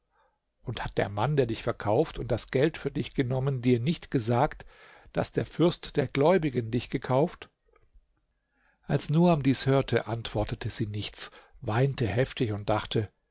und hat der mann der dich verkauft und das geld für dich genommen dir nicht gesagt daß der fürst der gläubigen dich gekauft als nuam dies hörte antwortete sie nichts weinte heftig und dachte